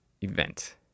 event